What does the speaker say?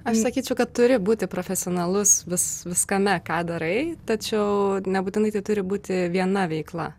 aš sakyčiau kad turi būti profesionalus vis viskame ką darai tačiau nebūtinai tai turi būti viena veikla